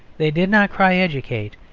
they did not cry educate!